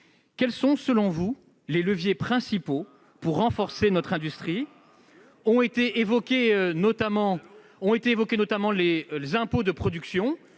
Quels sont, selon vous, les leviers principaux pour renforcer notre industrie ? Ont été évoqués, notamment, les impôts de production,